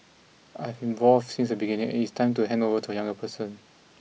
I have involved since the beginning and it is time to hand over to a younger person